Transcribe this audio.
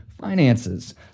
finances